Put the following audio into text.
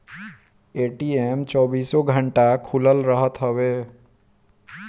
ATM चौबीसो घंटा खुलल रहत हवे